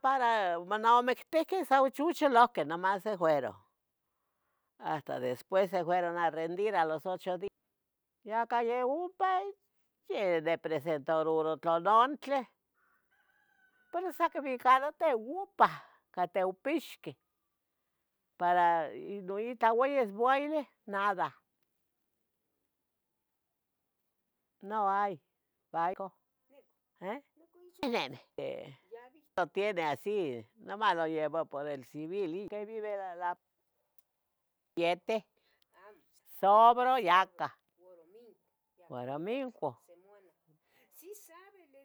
Para omonamictihqueh sa ochochcolohqueh, nomas se fueron, hasta después se fueron a rendir a los ocho dí, yacah yeh ompa ya nipresentaroua notlalantleh pero sa qubica noteopa, ca noteopixqueh para tlanah itlah inois buaileh, nada, no hay algo, nicu, eh, nicu ixu, neneh que, yabi, no tienen así, nomas lo llevó por el civil. que vive la la iete, amo, sobro yacah ua romingo yacah, ua romingo, semuanah, si sabe.